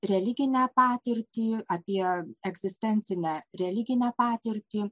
religinę patirtį apie egzistencinę religinę patirtį